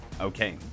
okay